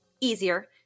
easier